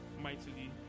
mightily